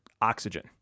Oxygen